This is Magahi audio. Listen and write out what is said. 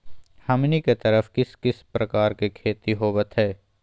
हमनी के तरफ किस किस प्रकार के खेती होवत है?